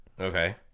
Okay